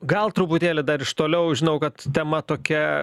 gal truputėlį dar iš toliau žinau kad tema tokia